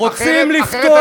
רוצים לפתוח,